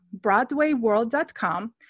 BroadwayWorld.com